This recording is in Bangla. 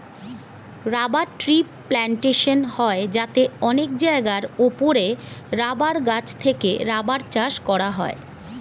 রাবার ট্রি প্ল্যান্টেশন হয় যাতে অনেক জায়গার উপরে রাবার গাছ থেকে রাবার চাষ করা হয়